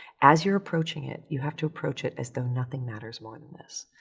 as you're approaching it you have to approach it as though nothing matters more than this.